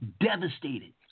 devastated